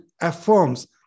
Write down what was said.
affirms